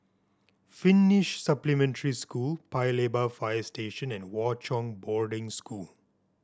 Finnish Supplementary School Paya Lebar Fire Station and Hwa Chong Boarding School